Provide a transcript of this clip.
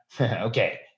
Okay